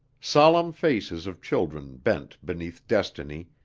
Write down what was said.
solemn faces of children bent beneath destiny,